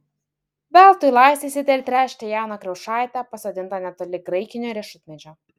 veltui laistysite ir tręšite jauną kriaušaitę pasodintą netoli graikinio riešutmedžio